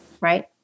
Right